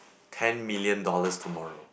ten million dollars tomorrow